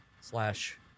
slash